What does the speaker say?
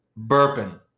Burping